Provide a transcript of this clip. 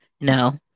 no